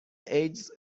ایدز